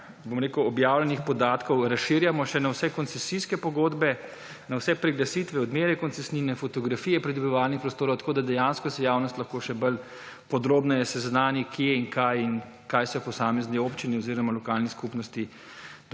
objavljenih podatkov, razširjamo še na vse koncesijske pogodbe, na vse priglasitve, odmere »koncesnine«, fotografije pridobivalnih(?) prostor, tako da dejansko se javnost lahko še bolj podrobneje seznani, kje in kaj in kaj se v posamezni občini oziroma lokalni skupnosti